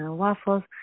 waffles